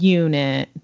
unit